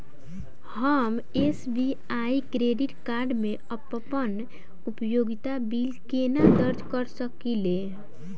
हम SBI credit card मे अप्पन उपयोगिता बिल केना दर्ज करऽ सकलिये?